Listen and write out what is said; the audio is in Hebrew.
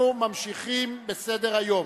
אנחנו ממשיכים בסדר-היום,